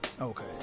okay